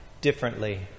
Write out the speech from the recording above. differently